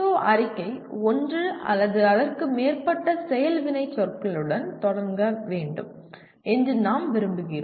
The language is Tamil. PSO அறிக்கை ஒன்று அல்லது அதற்கு மேற்பட்ட செயல் வினைச்சொற்களுடன் தொடங்க வேண்டும் என்று நாம் விரும்புகிறோம்